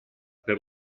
per